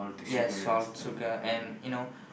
yes all sugar and you know